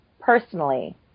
personally